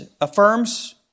affirms